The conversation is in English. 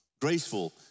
graceful